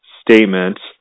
statements